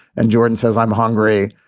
and jordan says, i'm hungry.